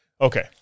okay